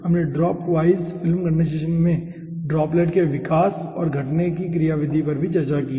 हमने dropwise condensation के मामले में ड्रॉपलेट के विकास और घटने के क्रियाविधि पर चर्चा की है